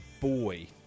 Boy